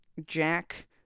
jack